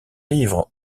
live